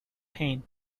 pain